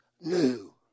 new